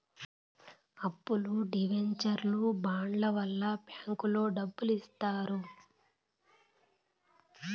అప్పులు డివెంచర్లు బాండ్ల వల్ల బ్యాంకులో డబ్బులు ఇత్తారు